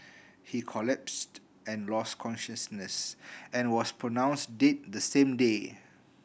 he collapsed and lost consciousness and was pronounce dead the same day